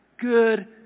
good